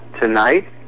Tonight